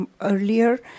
earlier